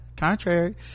contrary